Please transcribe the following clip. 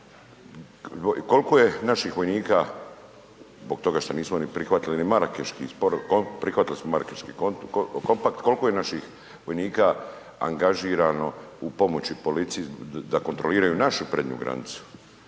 koliko je naših vojnika, zbog toga što nismo ni prihvatili ni marakeški sporazum, prihvatili smo marakeški kompakt, koliko je naših vojnika angažirano u pomoći policiji da kontroliraju našu prednju granicu